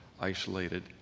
isolated